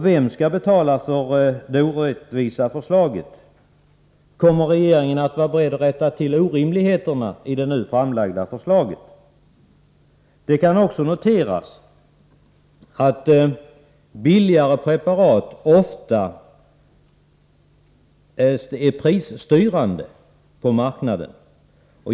Vem skall betala det orättvisa förslaget? Kommer regeringen att vara beredd att rätta till orimligheterna i det nu framlagda förslaget? Det kan också noteras att billigare preparat ofta är prisstyrande på marknaden.